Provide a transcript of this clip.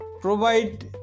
provide